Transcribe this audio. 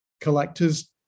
collectors